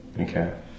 Okay